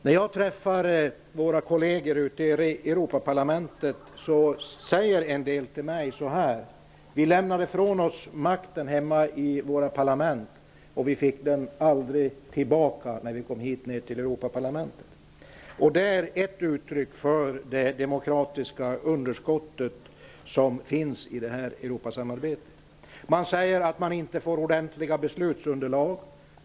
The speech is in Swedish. När jag träffar våra kolleger i Europaparlamentet, säger en del till mig så här: Vi lämnade ifrån oss makten hemma i våra parlament och vi fick den aldrig tillbaka när vi kom hit till Europaparlamentet. Det är ett uttryck för det demokratiska underskottet i det här De säger att man inte får ordentligt beslutsunderlag.